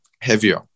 heavier